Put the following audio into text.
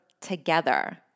together